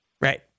Right